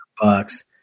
Bucks